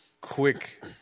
quick